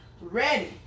ready